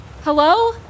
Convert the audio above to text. Hello